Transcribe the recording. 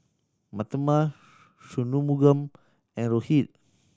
Mahatma Shunmugam and Rohit